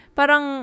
parang